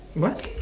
what